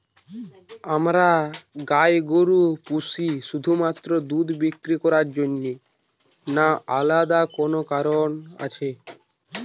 আমরা গাই গরু পুষি শুধুমাত্র দুধ বিক্রি করার জন্য না আলাদা কোনো কারণ আছে?